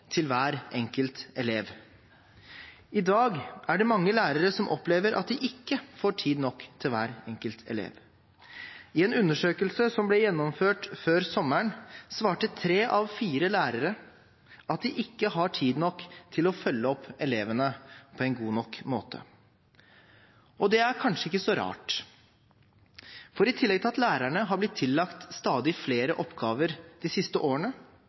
til hver enkelt elev. I dag er det mange lærere som opplever at de ikke får tid nok til hver enkelt elev. I en undersøkelse som ble gjennomført før sommeren, svarte tre av fire lærere at de ikke har tid nok til å følge opp elevene på en god nok måte. Det er kanskje ikke så rart, for i tillegg til at lærerne har blitt tillagt stadig flere oppgaver de siste årene,